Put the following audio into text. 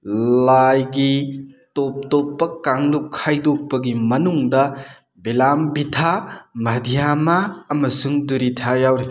ꯂꯥꯏꯒꯤ ꯇꯣꯞ ꯇꯣꯞꯄ ꯀꯥꯡꯂꯨꯞ ꯈꯥꯏꯗꯣꯛꯄꯒꯤ ꯃꯅꯨꯡꯗ ꯚꯤꯂꯥꯝꯕꯤꯊꯥ ꯃꯙ꯭ꯌꯥꯃꯥ ꯑꯃꯁꯨꯡ ꯙꯨꯔꯤꯊꯥ ꯌꯥꯎꯔꯤ